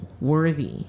worthy